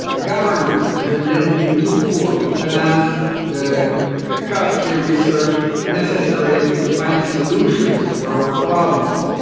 governments will then be too poor to finance the the costly ah research necessary to find solutions to our problems.